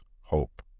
hope